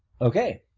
Okay